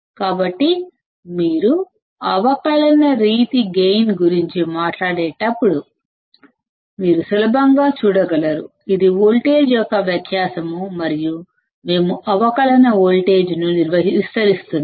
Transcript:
కాబట్టి మీరు అవకలన రీతి గైన్ గురించి మాట్లాడేటప్పుడు మీరు సులభంగా చూడగలరు ఇది వోల్టేజ్ యొక్క వ్యత్యాసం మరియు మనం అవకలన వోల్టేజ్ను యాంప్లిఫయ్ చేస్తున్నాం